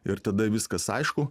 ir tada viskas aišku